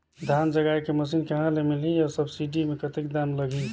धान जगाय के मशीन कहा ले मिलही अउ सब्सिडी मे कतेक दाम लगही?